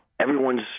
Everyone's